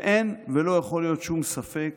ואין ולא יכול להיות שום ספק